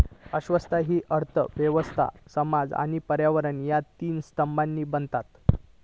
शाश्वतता हि अर्थ व्यवस्था, समाज आणि पर्यावरण ह्या तीन स्तंभांनी बनता